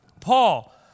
Paul